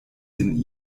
sin